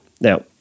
Now